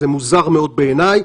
זה מוזר מאוד בעיניי.